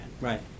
Right